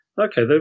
okay